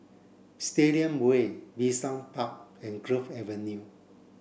Stadium Way Bishan Park and Grove Avenue